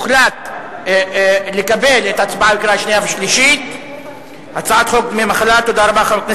הוחלט לקבל את הצעת חוק דמי מחלה (תיקון מס' 4) בקריאה שנייה ושלישית.